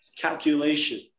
calculation